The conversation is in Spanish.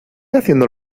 haciendo